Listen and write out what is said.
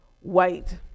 White